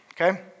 Okay